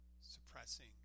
suppressing